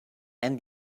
and